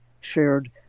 shared